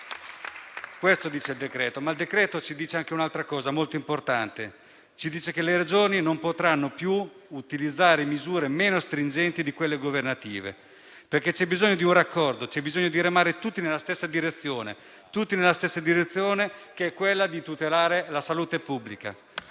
Questo dice il decreto-legge, e dice anche un'altra cosa molto importante, ovvero che le Regioni non potranno più utilizzare misure meno stringenti di quelle governative, perché c'è bisogno di un raccordo, c'è bisogno di remare tutti nella stessa direzione, che è quella di tutelare la salute pubblica.